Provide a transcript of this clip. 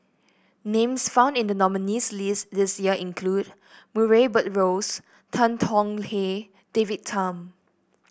names found in the nominees' list this year include Murray Buttrose Tan Tong Hye David Tham